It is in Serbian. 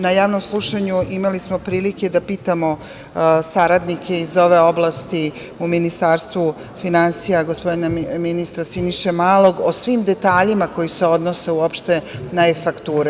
Na javnom slušanju imali smo prilike da pitamo saradnike iz ove oblasti u Ministarstvu finansija, gospodina ministra Siniše Malog, o svim detaljima koji se odnose uopšte na e-fakture.